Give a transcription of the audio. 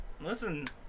Listen